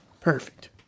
perfect